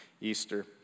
Easter